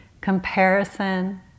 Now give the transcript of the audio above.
comparison